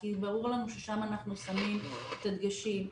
כי ברור לנו ששם אנחנו שמים את הדגשים.